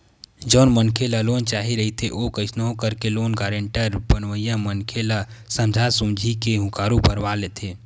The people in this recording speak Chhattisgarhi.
जउन मनखे ल लोन चाही रहिथे ओ कइसनो करके लोन गारेंटर बनइया मनखे ल समझा सुमझी के हुँकारू भरवा लेथे